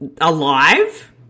alive